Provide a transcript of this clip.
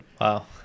Wow